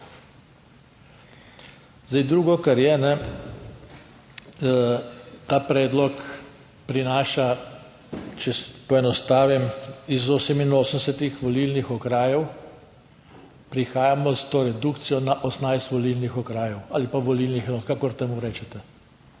Drugo kar je, ta predlog prinaša, če poenostavim, iz 88 volilnih okrajev, prihajamo s to redukcijo na 18 volilnih okrajev ali pa volilnih enot, kakor temu rečete.